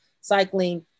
cycling